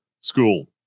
school